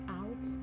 out